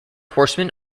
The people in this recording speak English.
horsemen